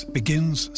begins